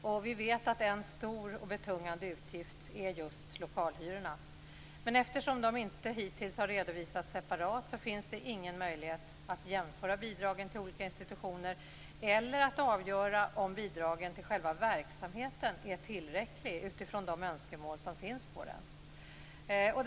Vi vet att en stor och betungande utgift är just lokalhyrorna. Men eftersom de inte hittills har redovisats separat finns det ingen möjlighet att jämföra bidragen till olika institutioner eller att avgöra om bidragen till själva verksamheten är tillräckliga utifrån de önskemål som finns på denna.